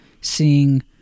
seeing